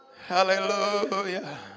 Hallelujah